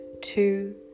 two